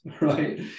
right